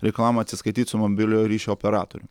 reikalaujama atsiskaityt su mobiliojo ryšio operatorium